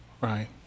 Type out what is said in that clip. Right